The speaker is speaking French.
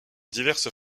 diverses